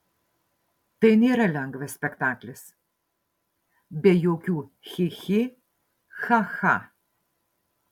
tai nėra lengvas spektaklis be jokių chi chi cha cha